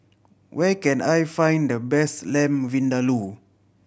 where can I find the best Lamb Vindaloo